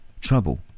Trouble